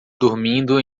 dormindo